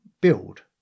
build